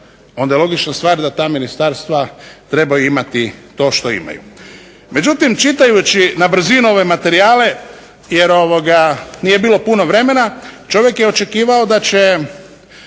onda je logična stvar da ta ministarstva trebaju imati to što imaju. Međutim čitajući na brzinu ove materijale, jer nije bilo puno vremena, čovjek je očekivao da će